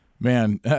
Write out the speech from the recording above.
man